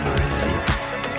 resist